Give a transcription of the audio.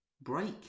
break